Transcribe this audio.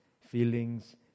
feelings